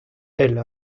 elle